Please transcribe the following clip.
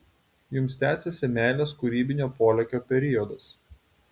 jums tęsiasi meilės kūrybinio polėkio periodas